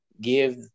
give